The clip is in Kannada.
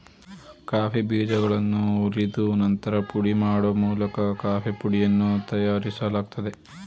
ಕಾಫಿ ಬೀಜಗಳನ್ನು ಹುರಿದು ನಂತರ ಪುಡಿ ಮಾಡೋ ಮೂಲಕ ಕಾಫೀ ಪುಡಿಯನ್ನು ತಯಾರಿಸಲಾಗ್ತದೆ